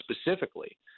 specifically